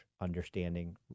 Understanding